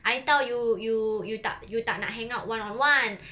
I tahu you you you tak you tak nak hang out one on one